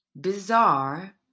bizarre